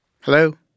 Hello